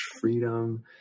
freedom